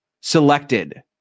selected